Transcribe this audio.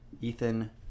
Ethan